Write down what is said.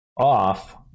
off